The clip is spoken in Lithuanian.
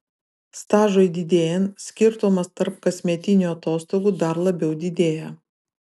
stažui didėjant skirtumas tarp kasmetinių atostogų dar labiau didėja